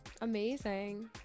Amazing